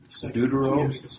Deuteronomy